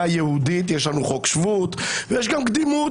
יהודית יש לנו חוק שבות ויש גם קדימות?